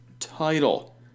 Title